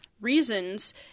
reasons